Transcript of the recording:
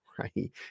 right